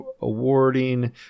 awarding